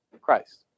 Christ